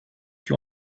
you